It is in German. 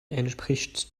entspricht